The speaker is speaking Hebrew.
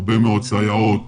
הרבה מאוד סייעות